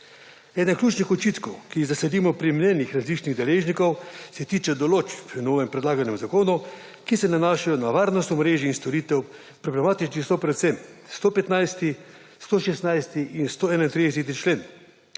Eden ključnih očitkov, ki jih zasledimo pri mnenjih različnih deležnikov, se tiče določb v novem predlaganem zakonu, ki se nanašajo na varnost omrežij in storitev, problematični so predvsem 115., 116. in 131. člen.